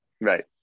Right